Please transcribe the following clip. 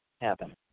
happen